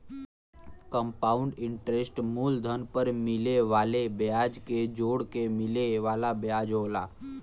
compound interest मूलधन पर मिले वाले ब्याज के जोड़के मिले वाला ब्याज होला